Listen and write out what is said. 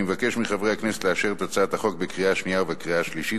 אני מבקש מחברי הכנסת לאשר את הצעת החוק בקריאה השנייה ובקריאה השלישית,